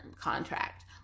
contract